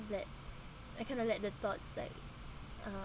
let I kind of let the thoughts like uh